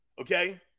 Okay